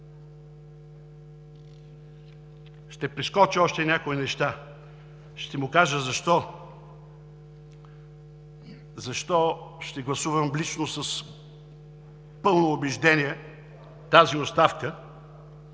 Ще прескоча още някои неща. Ще му кажа защо ще гласувам лично с пълно убеждение тази оставка.